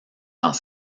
dans